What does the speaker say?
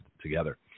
together